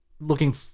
looking